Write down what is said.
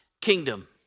kingdom